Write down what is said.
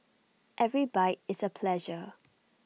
every bite is A pleasure